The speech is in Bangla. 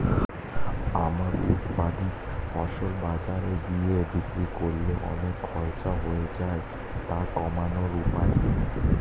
আমার উৎপাদিত ফসল বাজারে গিয়ে বিক্রি করলে অনেক খরচ হয়ে যায় তা কমানোর উপায় কি?